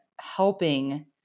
helping